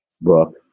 book